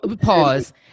pause